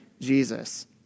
Jesus